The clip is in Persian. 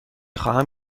خواهم